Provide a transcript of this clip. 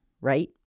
right